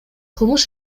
кылмыш